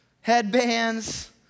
headbands